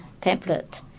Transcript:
pamphlet